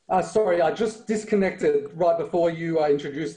לשלוח מסר לשונאי היהודים האלה.